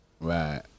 Right